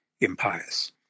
impious